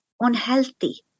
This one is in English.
unhealthy